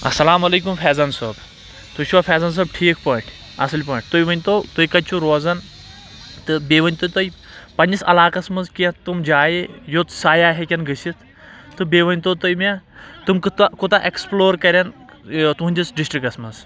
اَسَلامُ علیکُم فیضان صٲب تُہۍ چھِوٕ فیضان صٲب ٹھیٖک پٲٹھۍ اصل پٲٹھۍ تُہۍ ؤنۍ تو تُہۍ کَتہِ چھُو روزن تہٕ بیٚیہِ ؤنۍ تو تُہۍ پننِس علاقس منٛز کینٛہہ تِم جایہِ یوٚت سَیاح ہیٚکن گٔژھِتھ تہٕ بیٚیہِ ؤنۍ تو تُہۍ مےٚ تِم کِتاہ کوٗتاہ ایٚکٕسپٕلور کَرن یہِ تُہٕنٛدِس ڈِسٹرکَس منٛز